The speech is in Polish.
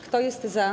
Kto jest za?